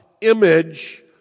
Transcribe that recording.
image